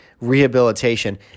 rehabilitation